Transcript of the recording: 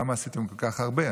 למה עשיתם כל כך הרבה?